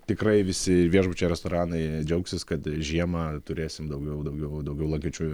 tikrai visi viešbučiai restoranai džiaugsis kad žiemą turėsim daugiau daugiau daugiau lankančiųjų